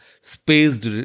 spaced